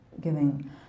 giving